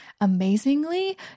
amazingly